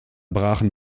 brachen